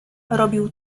robił